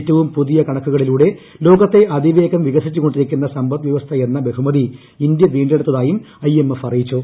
ഏറ്റവും പുതിയ കണക്കുകളിലൂടെ ല്ലോൿത്തെ അതിവേഗം വികസിച്ചുകൊണ്ടിരിക്കുന്ന് സമ്പദ്വ്യവസ്ഥ എന്ന ബഹുമതി ഇന്ത്യ വീണ്ടെടുത്തായും ഐഎ്എഫ് അറിയിച്ചു